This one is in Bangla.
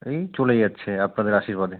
এই চলে যাচ্ছে আপনাদের আশীর্বাদে